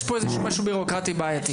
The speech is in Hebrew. יש פה איזשהו משהו בירוקרטי בעייתי.